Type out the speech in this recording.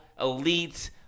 elite